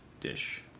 dish